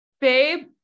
babe